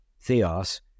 Theos